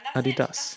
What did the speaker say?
Adidas